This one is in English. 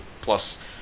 plus